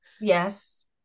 Yes